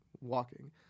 walking